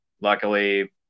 luckily